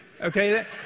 okay